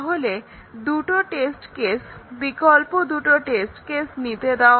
আমাকে দুটো test case বিকল্প টেস্ট কেস নিতে দাও